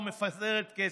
ומפזרת כסף.